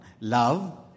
Love